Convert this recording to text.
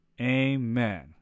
Amen